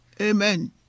amen